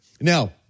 Now